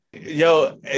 Yo